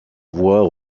voies